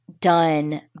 done